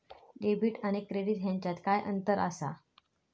Debit आणि credit ह्याच्यात काय अंतर असा?